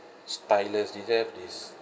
stylus they still have this